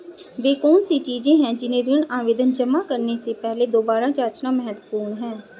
वे कौन सी चीजें हैं जिन्हें ऋण आवेदन जमा करने से पहले दोबारा जांचना महत्वपूर्ण है?